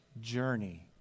journey